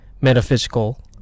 metaphysical